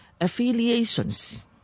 affiliations